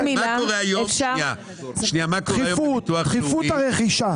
תכיפות הרכישה.